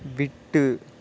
விட்டு